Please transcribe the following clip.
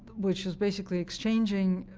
which is basically exchanging